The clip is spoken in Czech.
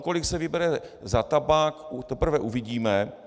Kolik se vybere za tabák, teprve uvidíme.